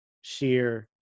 sheer